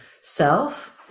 self